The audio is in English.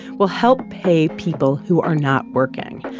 will help pay people who are not working.